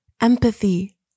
Empathy